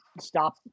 stop